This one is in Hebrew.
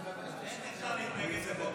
איך אפשר להתנגד לחוק כזה.